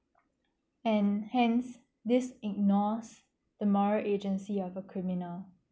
and hence this ignores the moral agency of a criminal